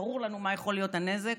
ברור לנו מה יכול להיות הנזק,